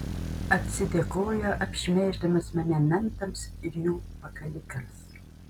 atsidėkojo apšmeiždamas mane mentams ir jų pakalikams